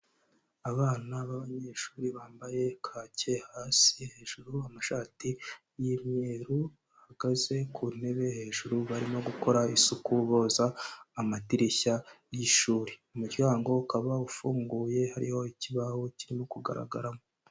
Abana b'abanyeshuri bambaye kaki hasi, hejuru amashati y'imyeru, bahagaze ku ntebe hejuru barimo gukora isuku boza amadirishya y'ishuri, umuryango ukaba ufunguye hariho ikibaho kirimo kugaragaramo.